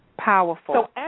Powerful